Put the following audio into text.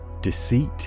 deceit